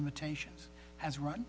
limitations has run